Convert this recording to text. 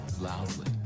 Loudly